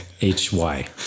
H-Y